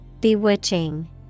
Bewitching